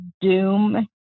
doom